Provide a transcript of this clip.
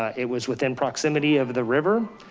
ah it was within proximity of the river.